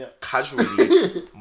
Casually